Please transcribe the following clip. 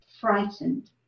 frightened